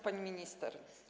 Pani Minister!